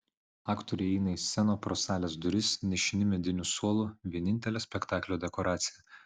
aktoriai įeina į sceną pro salės duris nešini mediniu suolu vienintele spektaklio dekoracija